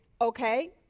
okay